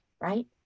right